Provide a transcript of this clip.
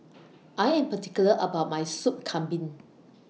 I Am particular about My Soup Kambing